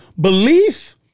belief